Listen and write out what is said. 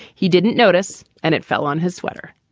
he didn't notice and it fell on his sweater.